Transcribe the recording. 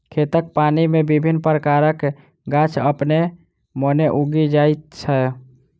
खेतक पानि मे विभिन्न प्रकारक गाछ अपने मोने उगि जाइत छै